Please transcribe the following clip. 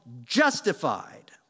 justified